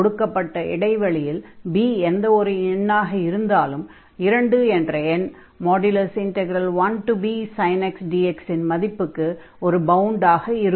கொடுக்கப்பட்ட இடைவெளியில் b எந்த ஓர் எண்ணாக இருந்தாலும் 2 என்ற எண் 1bsin x dx இன் மதிப்புக்கு ஒரு பவுண்டாக இருக்கும்